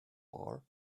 bar